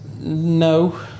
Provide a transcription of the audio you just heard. No